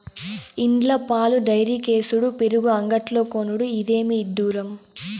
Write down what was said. ఇండ్ల పాలు డైరీకేసుడు పెరుగు అంగడ్లో కొనుడు, ఇదేమి ఇడ్డూరం